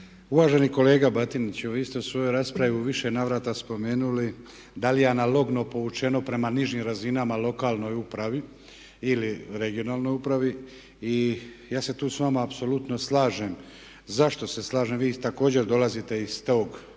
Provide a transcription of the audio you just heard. Uvaženi kolega Batiniću, vi ste u svojoj raspravi u više navrata spomenuli da li je analogno povučeno prema nižim razinama lokalnoj upravi ili regionalnoj upravi. I ja se tu s vama apsolutno slažem. Zašto se slažem? Vi također dolazite iz tog